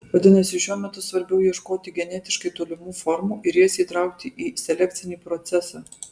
vadinasi šiuo metu svarbiau ieškoti genetiškai tolimų formų ir jas įtraukti į selekcinį procesą